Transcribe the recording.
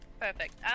Perfect